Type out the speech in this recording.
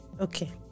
Okay